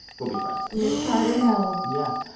we'll be friends miss carter-knowles yeah.